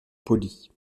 poli